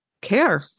care